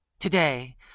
Today